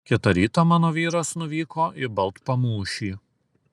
kitą rytą mano vyras nuvyko į baltpamūšį